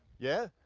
yeah,